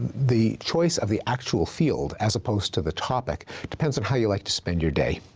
the choice of the actual field as opposed to the topic depends on how you like to spend your day.